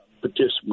participants